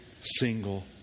single